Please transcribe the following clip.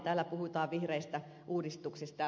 täällä puhutaan vihreistä uudistuksista